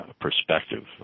perspective